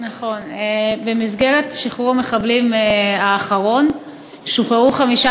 במסגרת שחרור המחבלים האחרון שוחררו חמישה